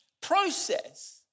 process